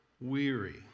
weary